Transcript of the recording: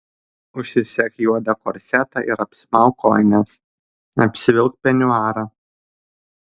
užsisek juodą korsetą ir apsimauk kojines apsivilk peniuarą